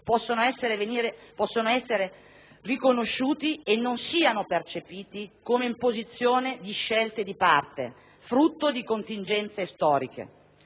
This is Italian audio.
possano essere riconosciuti e non siano percepiti come imposizione di scelte di parte, frutto di contingenze storiche.